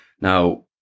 Now